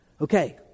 Okay